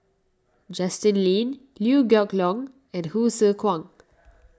Justin Lean Liew Geok Leong and Hsu Tse Kwang